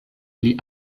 pli